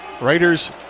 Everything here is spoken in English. Raiders